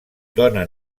dóna